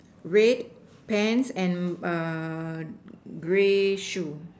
red pants and gray shoe